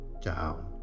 down